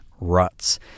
ruts